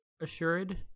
assured